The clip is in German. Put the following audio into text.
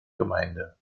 gemeinde